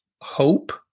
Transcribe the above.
hope